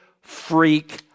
freak